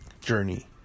Journey